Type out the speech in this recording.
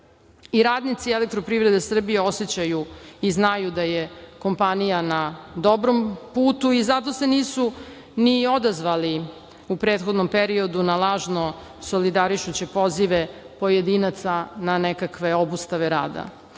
radnici "Elektroprivrede Srbije" osećaju i znaju da je kompanija na dobrom putu i zato se nisu ni odazvali u prethodnom periodu na lažno solidarišuće pozive pojedinaca na nekakve obustave rada,